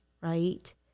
right